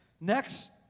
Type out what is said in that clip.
Next